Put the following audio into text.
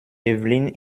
evelyn